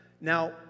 Now